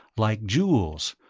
like jewels,